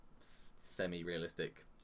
semi-realistic